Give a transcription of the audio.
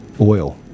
oil